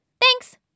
Thanks